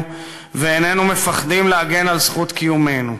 ואיננו מפחדים להגן על זכות קיומנו: